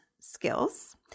skills